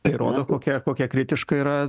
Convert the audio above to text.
tai rodo kokia kokia kritiška yra